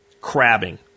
Crabbing